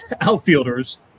outfielders